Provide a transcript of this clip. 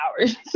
hours